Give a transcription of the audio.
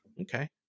Okay